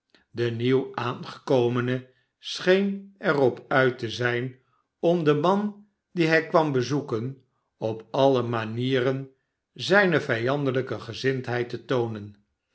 de nieuw aangekome scheen er op uit te zijn om den man dien hij kwam bezoeken op alle manieren zijne vijandelijke gezindheid te toonen